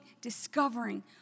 discovering